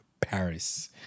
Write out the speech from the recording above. Paris